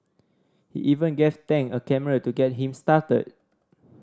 he even gave Tang a camera to get him started